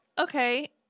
okay